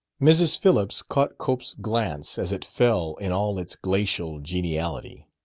mrs. phillips caught cope's glance as it fell in all its glacial geniality.